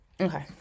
Okay